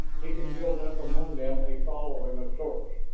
he could build up among them a following of sorts.